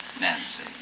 Nancy